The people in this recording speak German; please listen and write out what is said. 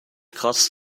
kratzt